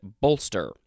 bolster